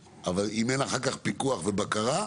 כן, בטח.